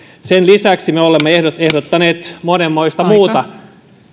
sen lisäksi me olemme ehdottaneet monenmoista muuta